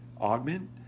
augment